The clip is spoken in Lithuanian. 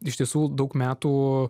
iš tiesų daug metų